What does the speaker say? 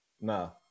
no